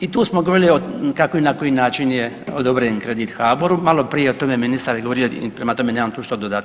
I tu smo govorili kako i na koji način je odobren kredit HABOR-u, malo prije je o tome ministar govorio i prema tome nemam tu što dodati.